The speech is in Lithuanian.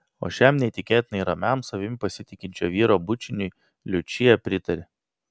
o šiam neįtikėtinai ramiam savimi pasitikinčio vyro bučiniui liučija pritarė